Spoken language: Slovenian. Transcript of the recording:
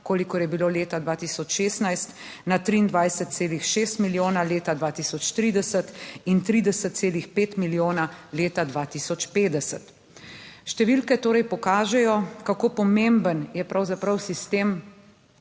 kolikor je bilo leta 2016 na 23,6 milijona leta 2030 in 30,5 milijona leta 2050. Številke torej pokažejo, kako pomemben je pravzaprav sistem